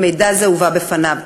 אם מידע זה הובא בפניו.